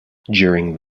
during